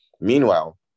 Meanwhile